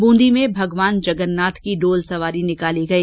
ब्रंदी में भगवान जगन्नाथ की डोल सवारी निकाली गई